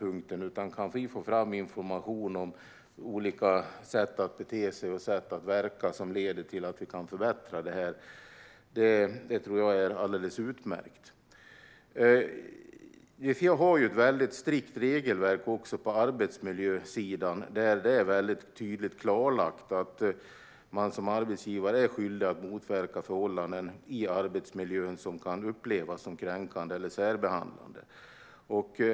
Om vi kan få fram information om olika sätt att bete sig och verka som leder till att vi kan förbättra det här är det alldeles utmärkt. Det finns också ett mycket strikt regelverk i fråga om arbetsmiljön. Det är tydligt klarlagt att arbetsgivaren är skyldig att motverka förhållanden i arbetsmiljön som kan upplevas som kränkande eller särbehandlande.